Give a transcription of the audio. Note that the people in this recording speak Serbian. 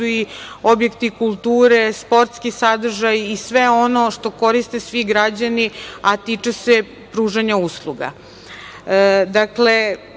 i objekti kulture, sportski sadržaji i sve ono što koriste svi građani, a tiče se pružanja usluga. Ono